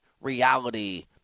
reality